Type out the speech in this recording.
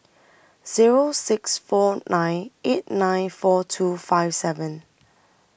Zero six four nine eight nine four two five seven